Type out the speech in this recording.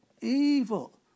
evil